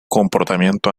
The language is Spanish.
comportamiento